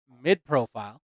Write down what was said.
mid-profile